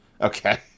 Okay